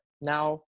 now